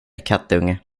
kattunge